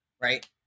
right